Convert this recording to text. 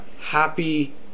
Happy